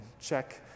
check